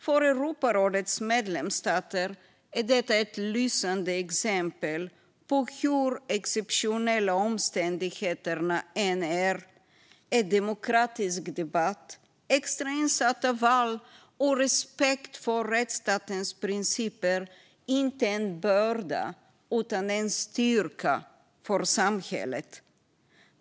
För Europarådets medlemsstater är detta ett lysande exempel på att hur exceptionella omständigheterna än är, är demokratisk debatt, extrainsatta val och respekt för rättsstatens principer inte en börda utan en styrka för samhället.